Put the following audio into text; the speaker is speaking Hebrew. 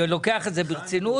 לפ"ם לוקחת ברצינות